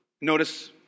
Notice